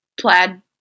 plaid